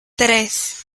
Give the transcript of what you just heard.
tres